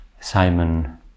simon